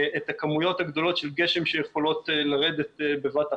את הכמויות הגדולות של גשם שיכולות לרדת בבת אחת.